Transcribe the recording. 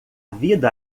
vida